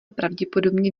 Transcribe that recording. pravděpodobně